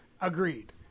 agreed